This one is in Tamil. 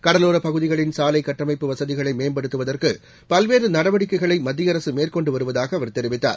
கடலோரப் பகுதிகளின் சாலை கட்டமைப்பு வசதிகளை மேம்படுத்துவதற்கு பல்வேறு நடவடிக்கைகளை மத்திய அரசு மேற்கொண்டு வருவதாக அவர் தெரிவித்தார்